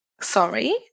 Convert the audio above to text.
sorry